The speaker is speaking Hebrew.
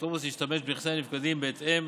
האפוטרופוס להשתמש בנכסי הנפקדים בהתאם